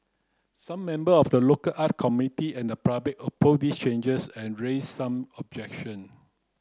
some member of the local art community and the public opposed these changes and raised some objection